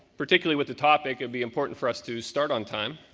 particularly with the topic, it'll be important for us to start on time.